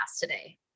today